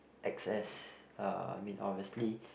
excess uh I mean obviously